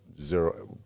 zero